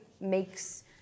makes